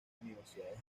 universidades